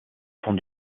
fond